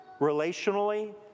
relationally